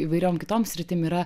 įvairiom kitom sritim yra